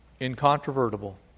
incontrovertible